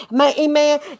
Amen